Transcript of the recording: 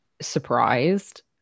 surprised